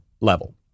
level